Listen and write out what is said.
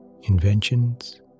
inventions